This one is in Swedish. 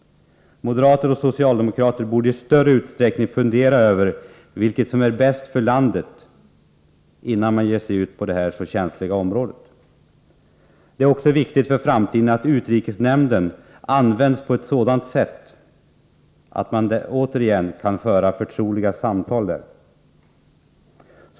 Moderater och socialdemokrater borde i större utsträckning fundera över vilket som är bäst för landet innan man ger sig ut på detta så känsliga område. Det är också viktigt inför framtiden att utrikesnämnden används på ett sådant sätt att man återigen kan föra förtroliga samtal där.